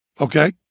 Okay